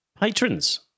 Patrons